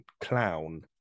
clown